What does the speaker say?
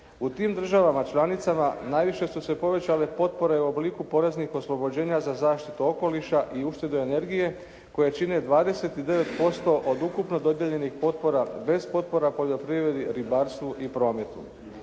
U tim državama članicama najviše su se povećale potpore u obliku poreznih oslobođenja za zaštitu okoliša i uštedu energije koje čine 29% od ukupno dodijeljenih potpora bez potpora poljoprivredi, ribarstvu i prometu.